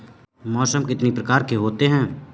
मौसम कितनी प्रकार के होते हैं?